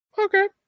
okay